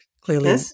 Clearly